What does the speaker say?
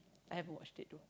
I haven't watched it though